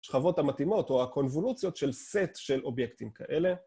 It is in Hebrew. שכבות המתאימות או הקונבולוציות של סט של אובייקטים כאלה